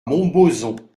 montbozon